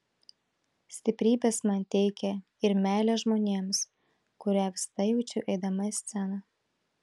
stiprybės man teikia ir meilė žmonėms kurią visada jaučiu eidama į sceną